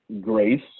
Grace